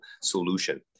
solution